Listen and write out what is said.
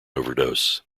overdose